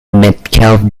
metcalf